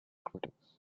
critics